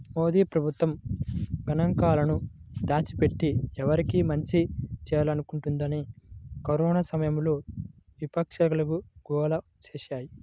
మోదీ ప్రభుత్వం గణాంకాలను దాచిపెట్టి, ఎవరికి మంచి చేయాలనుకుంటోందని కరోనా సమయంలో విపక్షాలు గోల చేశాయి